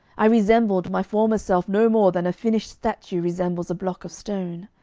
i resembled my former self no more than a finished statue resembles a block of stone.